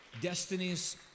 destinies